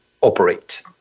operate